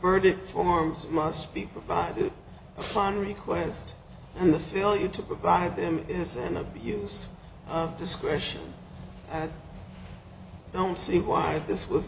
verdict forms must be provided a fine request and the feel you to provide them is an abuse of discretion i don't see why this was